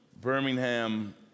Birmingham